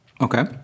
Okay